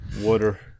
Water